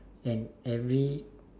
and every